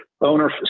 owner